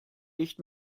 nicht